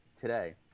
today